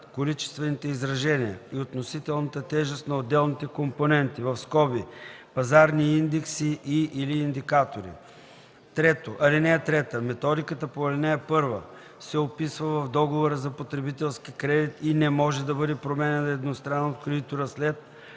количествените изражения и относителната тежест на отделните компоненти (пазарни индекси и/или индикатори). (3) Методиката по ал. 1 се описва в договора за потребителски кредит и не може да бъде променяна едностранно от кредитора след